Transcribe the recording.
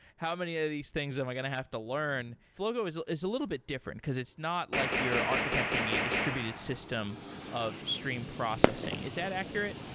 how many of these things am i going to have to learn? flogo is ah is a little bit different, because it's not like you're architecting a distributed system of stream processing. is that accurate?